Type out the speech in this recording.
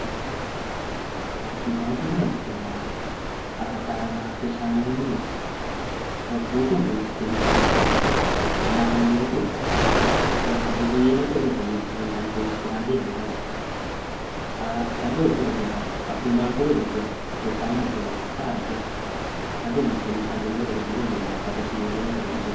Ha ty aksidan ty koa raha teña ahatara aña añy ampiasaña añy mihitsy; sady zao koa mbô nisy polisy nañakana añay koa. Sady mbô ela koa zao vao mety engañy pôlisy ty andea zahay. A- aleo tonga dia a- ampiomañiko avao ireo am-piasaña añy hoe ho tara zaho. Aleo andefa mesazy amin'ireo mba ahafantatry mialoha avao ireo amizay.